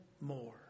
more